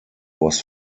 was